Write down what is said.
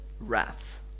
wrath